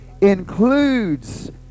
includes